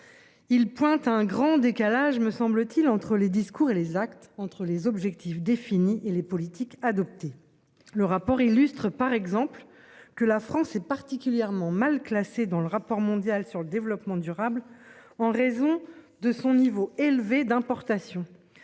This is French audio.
Il pointe à un grand décalage, me semble-t-il entre les discours et les actes entre les objectifs définis et les politiques adoptées le rapport illustre par exemple que la France est particulièrement mal classé dans le rapport mondial sur le développement durable en raison de son niveau élevé d'importations.